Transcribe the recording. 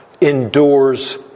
endures